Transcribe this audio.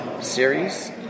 series